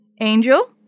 Angel